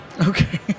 Okay